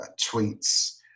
tweets